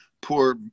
poor